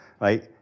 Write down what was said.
right